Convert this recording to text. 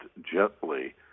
gently